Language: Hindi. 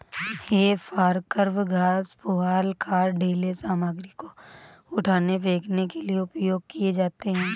हे फोर्कव घास, पुआल, खाद, ढ़ीले सामग्री को उठाने, फेंकने के लिए उपयोग किए जाते हैं